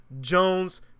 Jones